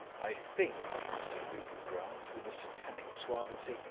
i think, said rupert grant, with a satanic suavity,